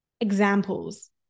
examples